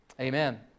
Amen